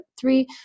three